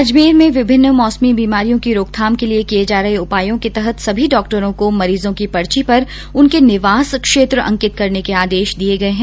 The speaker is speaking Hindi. अजमेर में विभिन्न मौसमी बीमारियों की रोकथाम के लिए किये जा रहे उपायों के तहत सभी डॉक्टरों को मरीजों की पर्ची पर उनके निवास क्षेत्र अंकित करने के आदेश दिये गये है